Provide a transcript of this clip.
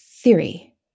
theory